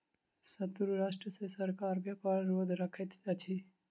शत्रु राष्ट्र सॅ सरकार व्यापार रोध रखैत अछि